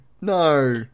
no